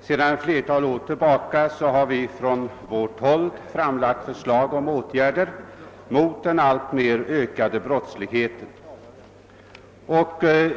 Sedan ett fler: tal år har vi från vårt håll framlagt förslag om åtgärder mot den alltmer ökade brottsligheten.